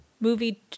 movie